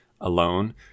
alone